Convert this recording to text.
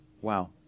Wow